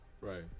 right